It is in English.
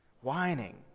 whining